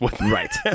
Right